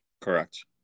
Correct